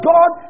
God